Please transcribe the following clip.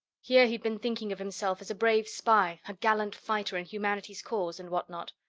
here he'd been thinking of himself as a brave spy, a gallant fighter in humanity's cause and what not.